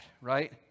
Right